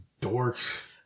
dorks